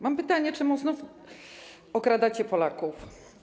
Mam pytanie: Czemu znów okradacie Polaków?